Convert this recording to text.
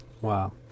Wow